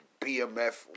BMF